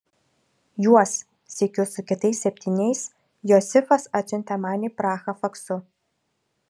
juos sykiu su kitais septyniais josifas atsiuntė man į prahą faksu